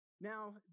Now